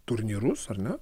turnyrus ar ne